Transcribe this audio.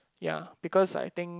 ya because I think